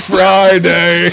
Friday